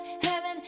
heaven